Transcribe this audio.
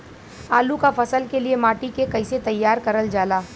आलू क फसल के लिए माटी के कैसे तैयार करल जाला?